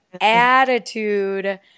attitude